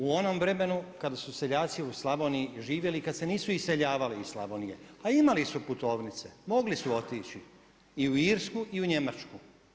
U onom vremenu kada su seljaci u Slavoniji živjeli i kada se nisu iseljavali iz Slavonije, a imali su putovnice mogli su otići i u Irsku i u Njemačku.